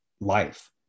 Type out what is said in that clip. life